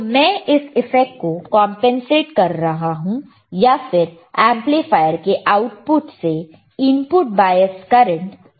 तो मैं इस इफ़ेक्ट को कंपनसेट कर रहा हूं या फिर एंपलीफायर के आउटपुट से इनपुट बायस करंट का इफेक्ट निकाल रहा हूं